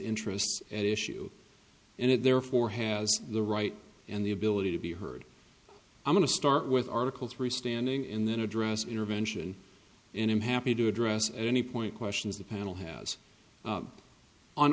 interests at issue and it therefore has the right and the ability to be heard i'm going to start with article three standing in then address intervention and i'm happy to address any point questions the panel has